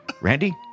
Randy